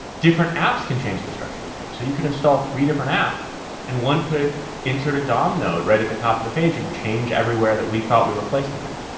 different apps can change the structure of your page. so you could install three different apps and one could insert a dom node right at the top of the page and change everywhere that we thought we were placing things.